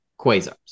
Quasars